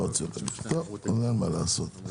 טוב, אין מה לעשות.